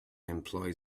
employed